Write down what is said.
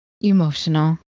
emotional